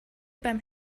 beim